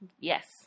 Yes